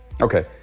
Okay